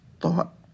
thought